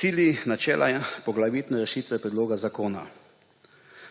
Cilji, načela, poglavitne rešitve predloga zakona: